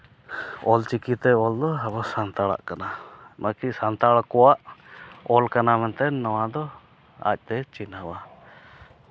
ᱚᱞᱪᱤᱠᱤ ᱛᱮ ᱚᱞ ᱫᱚ ᱟᱵᱚ ᱥᱟᱱᱛᱟᱲᱟᱜ ᱠᱟᱱᱟ ᱵᱟᱹᱠᱤ ᱥᱟᱱᱛᱟᱲ ᱠᱚᱣᱟᱜ ᱚᱞ ᱠᱟᱱᱟ ᱢᱮᱱᱛᱮ ᱱᱚᱣᱟᱫᱚ ᱟᱡ ᱛᱮ ᱪᱤᱱᱦᱟᱹᱣᱟ